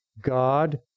God